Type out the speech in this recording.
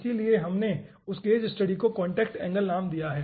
इसलिए हमने उस केस स्टडी को कॉन्टैक्ट एंगल नाम दिया है